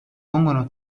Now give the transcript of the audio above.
pongono